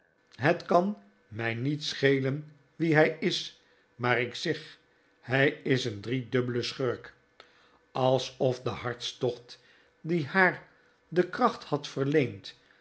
het kan mij niet schelen wie hij is maar ik zeg hij is een driedubbele schurk alsof de hartstocht die haar de kracht had verleend